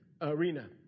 arena